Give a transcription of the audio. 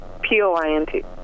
P-O-I-N-T